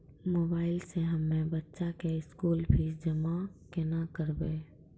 Mobile से हम्मय बच्चा के स्कूल फीस जमा केना करबै?